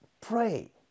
Pray